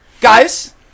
Guys